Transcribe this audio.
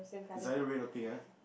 is either red or pink ah